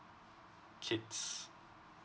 kids